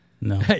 No